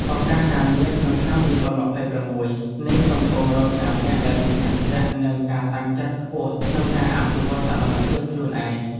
ឱកាសការងារក្នុងឆ្នាំ ២០២៦ នេះកំពុងរង់ចាំអ្នកដែលមានឆន្ទៈ និងការតាំងចិត្តខ្ពស់ក្នុងការអភិវឌ្ឍសមត្ថភាពខ្លួនឯង។